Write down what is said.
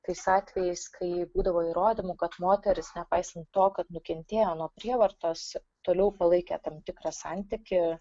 tais atvejais kai būdavo įrodymų kad moteris nepaisant to kad nukentėjo nuo prievartos toliau palaikė tam tikrą santykį